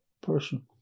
person